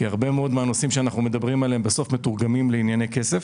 - הרבה מאוד מהנושאים שאנחנו מדברים עליהם מתורגמים בסוף לענייני כסף.